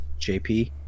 JP